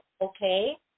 okay